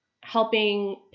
helping